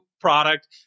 product